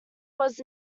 was